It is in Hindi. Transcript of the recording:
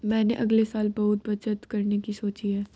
मैंने अगले साल बहुत बचत करने की सोची है